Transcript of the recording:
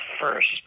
first